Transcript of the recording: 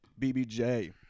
BBJ